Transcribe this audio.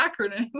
acronym